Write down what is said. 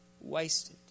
wasted